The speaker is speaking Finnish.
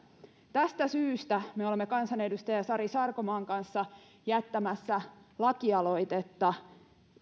tästä syystä me olemme kansanedustaja sari sarkomaan kanssa jättämässä lakialoitetta